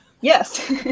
Yes